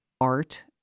art